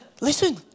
Listen